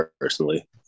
personally